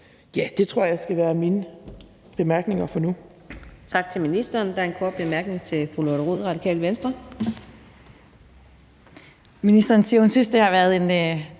Det tror jeg skal være mine bemærkninger for nu.